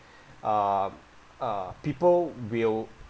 um uh people will